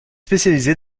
spécialisé